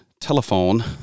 telephone